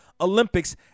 Olympics